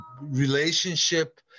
relationship